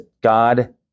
God